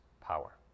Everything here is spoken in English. power